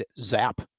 zap